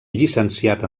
llicenciat